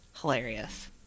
hilarious